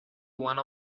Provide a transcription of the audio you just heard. one